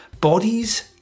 Bodies